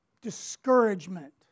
discouragement